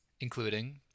including